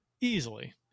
Easily